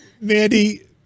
Mandy